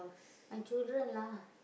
my children lah